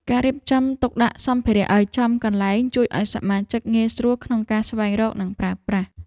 ការរៀបចំទុកដាក់សម្ភារៈឱ្យចំកន្លែងជួយឱ្យសមាជិកងាយស្រួលក្នុងការស្វែងរក និងប្រើប្រាស់។